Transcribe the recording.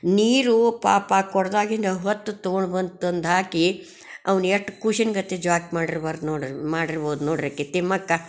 ನೀರು ಪಾಪ ಕೊಡದಾಗಿಂದ ಹೊತ್ತು ತೊಗೊಂಡು ಬಂದು ತಂದು ಹಾಕಿ ಅವ್ನ ಎಷ್ಟು ಕೂಸಿನ ಗತ್ತಿ ಜೋಕೆ ಮಾಡಿರ್ಬಾರ್ದು ನೋಡಿರಿ ಮಾಡಿರ್ಬೋದು ನೋಡಿರಿ ಆಕೆ ತಿಮ್ಮಕ್ಕ